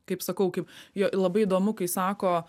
kaip sakau kaip jo labai įdomu kai sako